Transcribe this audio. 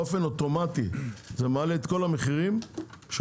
באופן אוטומטי זה מעלה את כל המחירים של